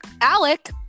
Alec